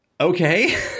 okay